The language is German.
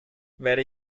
werde